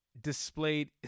displayed